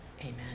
Amen